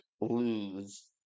Lose